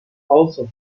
also